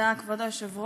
תודה, כבוד היושב-ראש,